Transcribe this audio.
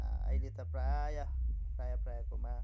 अहिले त प्रायः प्रायः प्रायःकोमा